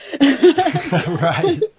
Right